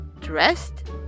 Dressed